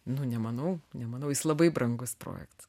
nu nemanau nemanau jis labai brangus projektas